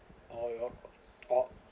or you all or